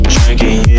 Drinking